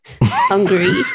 hungry